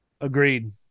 Agreed